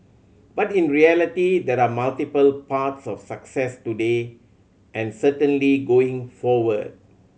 but in reality there are multiple paths of success today and certainly going forward